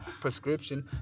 prescription